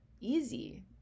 easy